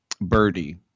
Birdie